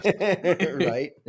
right